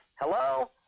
Hello